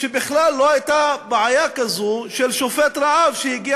בכלל לא הייתה בעיה כזאת של שובת רעב שהגיע